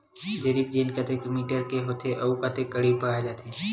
जरीब चेन कतेक मीटर के होथे व कतेक कडी पाए जाथे?